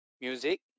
music